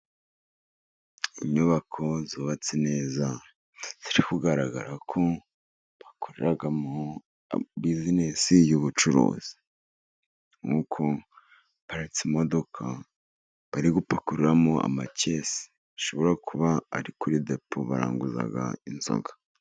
Inyubako zubatse neza ziri kugaragara ko bakoreramo bizinesi y'ubucuruzi. Nkuko haparitse imodoka bari gupakurumo amakesi bari, ashobora kuba ari kuri depo baranguza inzoga.